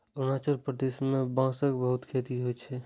अरुणाचल प्रदेश मे बांसक बहुत खेती होइ छै